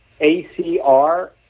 ACR